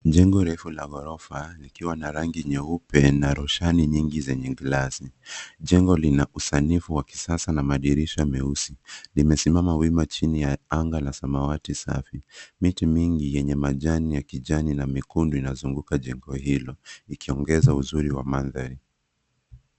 Jengo refu la ghorofa likiwa na rangi nyeupe na roshani nyingi zenye glasi. Jengo lina usanifu wa kisasa na madirisha meusi. Limesimama wima chini ya anga la samawati safi. Miti mingi yenye majani ya kijani na mekundu, inazunguka jengo hilo, ikiongeza uzuri wa mandhari.